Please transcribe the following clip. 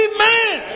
Amen